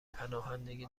پناهندگی